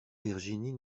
virginie